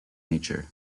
nature